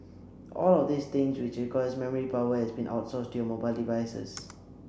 all of these things which requires memory power has been outsourced to your mobile devices